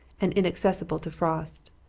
and inaccessible to frost.